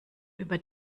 über